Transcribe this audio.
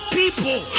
people